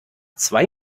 zwei